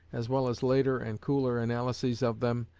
as well as later and cooler analyses of them,